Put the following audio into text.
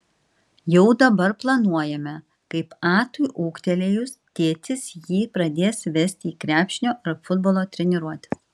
jau dabar planuojame kaip atui ūgtelėjus tėtis jį pradės vesti į krepšinio ar futbolo treniruotes